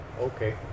Okay